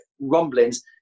rumblings